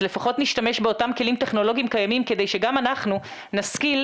אז לפחות נשתמש באותם כלים טכנולוגיים קיימים כדי שגם אנחנו נשכיל,